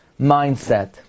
mindset